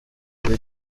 kuri